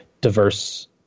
diverse